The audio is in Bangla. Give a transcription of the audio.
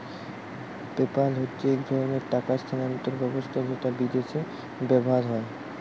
পেপ্যাল হচ্ছে এক ধরণের টাকা স্থানান্তর ব্যবস্থা যেটা বিদেশে ব্যবহার হয়